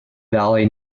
valley